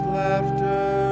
laughter